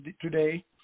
today